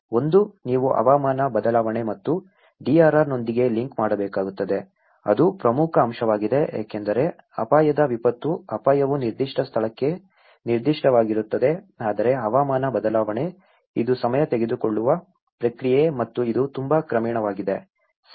ಒಂದು ನೀವು ಹವಾಮಾನ ಬದಲಾವಣೆ ಮತ್ತು DRR ನೊಂದಿಗೆ ಲಿಂಕ್ ಮಾಡಬೇಕಾಗುತ್ತದೆ ಅದು ಪ್ರಮುಖ ಅಂಶವಾಗಿದೆ ಏಕೆಂದರೆ ಅಪಾಯದ ವಿಪತ್ತು ಅಪಾಯವು ನಿರ್ದಿಷ್ಟ ಸ್ಥಳಕ್ಕೆ ನಿರ್ದಿಷ್ಟವಾಗಿರುತ್ತದೆ ಆದರೆ ಹವಾಮಾನ ಬದಲಾವಣೆ ಇದು ಸಮಯ ತೆಗೆದುಕೊಳ್ಳುವ ಪ್ರಕ್ರಿಯೆ ಮತ್ತು ಇದು ತುಂಬಾ ಕ್ರಮೇಣವಾಗಿದೆ ಸರಿ